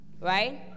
Right